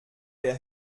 der